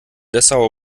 dessau